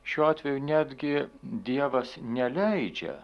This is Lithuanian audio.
šiuo atveju netgi dievas neleidžia